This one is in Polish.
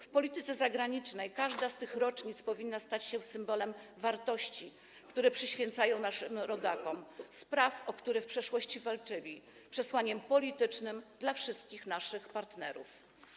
W polityce zagranicznej każda z tych rocznic powinna stać się symbolem wartości, które przyświecają naszym rodakom, spraw, o które w przeszłości walczyli, przesłaniem politycznym dla wszystkich naszych partnerów.